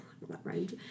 right